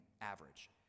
average